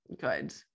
good